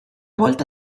volta